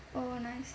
oh nice